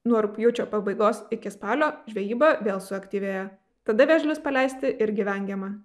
nuo rugpjūčio pabaigos iki spalio žvejyba vėl suaktyvėja tada vėžlius paleisti irgi vengiama